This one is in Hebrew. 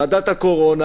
ועדת הקורונה,